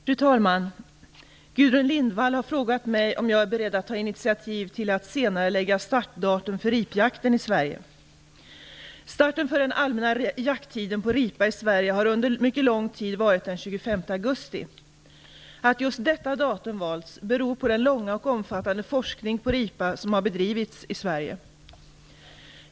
Fru talman! Gudrun Lindvall har frågat mig om jag är beredd att ta initiativ till att senarelägga startdatum för ripjakten i Sverige. Starten för den allmänna jakttiden på ripa i Sverige har under mycket lång tid varit den 25 augusti. Att just detta datum valts beror på den långa och omfattande forskning på ripa som har bedrivits i Sverige.